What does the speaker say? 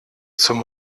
zum